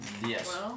Yes